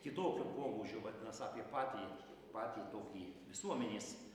kitokio pobūdžio vadinas apie patį patį tokį visuomenės